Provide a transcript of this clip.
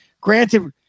granted